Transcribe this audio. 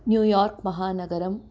न्युयार्क्महानगरम्